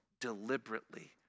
deliberately